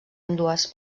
ambdues